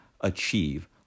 achieve